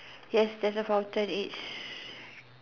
yes there's a fountain it's